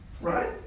Right